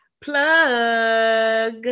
plug